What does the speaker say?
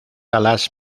alas